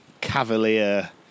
cavalier